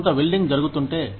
కొంత వెల్డింగ్ జరుగుతుంటే